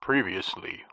Previously